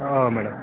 ಹಾಂ ಮೇಡಮ್